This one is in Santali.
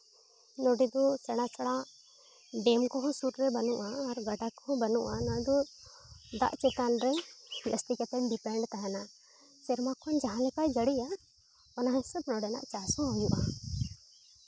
ᱱᱚᱰᱮ ᱫᱚ ᱥᱮᱬᱟ ᱥᱮᱬᱟ ᱰᱮᱢ ᱠᱚᱦᱚᱸ ᱥᱩᱨ ᱨᱮ ᱵᱟᱹᱱᱩᱜᱼᱟ ᱟᱨ ᱜᱟᱰᱟ ᱠᱚᱦᱚᱸ ᱵᱟᱹᱱᱩᱜᱼᱟ ᱟᱫᱚ ᱫᱟᱜ ᱪᱮᱛᱟᱱ ᱨᱮ ᱡᱟᱹᱥᱛᱤ ᱠᱟᱛᱮ ᱰᱤᱯᱮᱱᱰ ᱛᱟᱦᱮᱱᱟ ᱥᱮᱨᱢᱟ ᱠᱷᱚᱱ ᱡᱟᱦᱟᱸ ᱞᱮᱠᱟᱭ ᱡᱟᱹᱲᱤᱭᱟ ᱚᱱᱟ ᱦᱤᱥᱟᱹᱵ ᱱᱚᱰᱮᱱᱟᱜ ᱪᱟᱥ ᱦᱚᱸ ᱦᱩᱭᱩᱜᱼᱟ